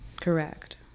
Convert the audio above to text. Correct